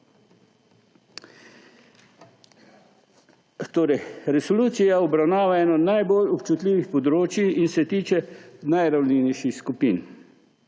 Resolucija obravnava eno najbolj občutljivih področij in se tiče najranljivejših skupin.